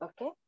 okay